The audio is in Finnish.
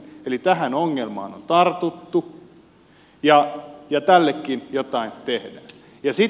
eli tähän ongelmaan on tartuttu ja tällekin jotain tehdään